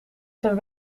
zijn